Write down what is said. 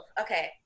okay